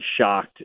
shocked